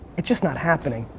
it's just not happening.